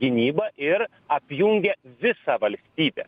gynyba ir apjungia visą valstybę